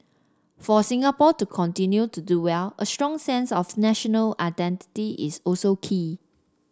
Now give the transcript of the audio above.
for Singapore to continue to do well a strong sense of national identity is also key